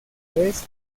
vez